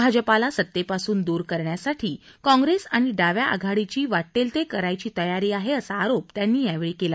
भाजपाला सत्तेपासून दूर करण्यासाठी काँग्रेस आणि डाव्या आघाडीची वाटेल ते करण्याची तयारी आहे असा आरोप त्यांनी यावेळी केला